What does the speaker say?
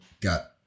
got